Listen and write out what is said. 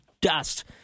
dust